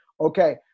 Okay